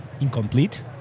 incomplete